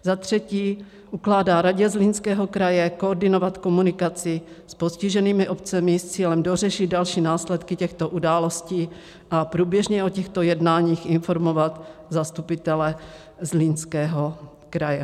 Za třetí, ukládá Radě Zlínského kraje koordinovat komunikaci s postiženými obcemi s cílem dořešit další následky těchto událostí a průběžně o těchto jednáních informovat zastupitele Zlínského kraje.